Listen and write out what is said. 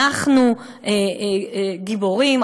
שאנחנו גיבורים,